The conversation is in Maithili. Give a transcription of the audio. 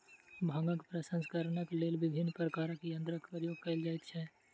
भांगक प्रसंस्करणक लेल विभिन्न प्रकारक यंत्रक प्रयोग कयल जाइत छै